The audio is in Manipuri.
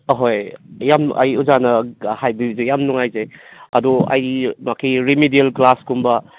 ꯑꯍꯣꯏ ꯌꯥꯝ ꯑꯩ ꯑꯣꯖꯥꯅ ꯍꯥꯏꯕꯤꯕꯗꯣ ꯌꯥꯝꯅ ꯅꯨꯡꯉꯥꯏꯖꯩ ꯑꯗꯣ ꯑꯩ ꯃꯍꯥꯛꯀꯤ ꯔꯤꯃꯤꯗꯤꯌꯦꯜ ꯀ꯭ꯂꯥꯁ ꯀꯨꯝꯕ